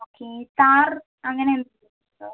okay താർ അങ്ങനെ എന്തെങ്കിലും ഉണ്ടോ